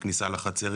עם הכניסה לחצרים,